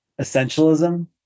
Essentialism